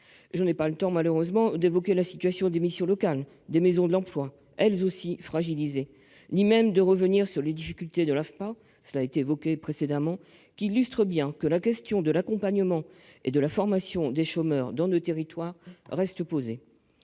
Je n'ai pas le temps, malheureusement, d'évoquer la situation des missions locales et des Maisons de l'emploi, elles aussi fragilisées, ni même de revenir sur les difficultés, précédemment évoquées, de l'AFPA, qui montrent bien que la question de l'accompagnement et de la formation des chômeurs dans nos territoires reste posée.